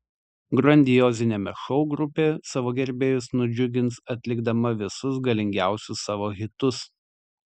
grandioziniame šou grupė savo gerbėjus nudžiugins atlikdama visus galingiausius savo hitus